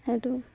সেইটো